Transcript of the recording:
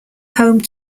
home